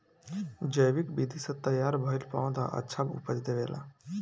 जैविक विधि से तैयार भईल पौधा अच्छा उपज देबेला